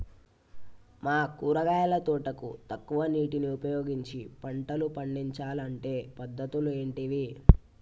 మా కూరగాయల తోటకు తక్కువ నీటిని ఉపయోగించి పంటలు పండించాలే అంటే పద్ధతులు ఏంటివి?